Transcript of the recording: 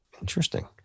Interesting